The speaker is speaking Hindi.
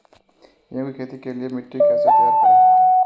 गेहूँ की खेती के लिए मिट्टी कैसे तैयार करें?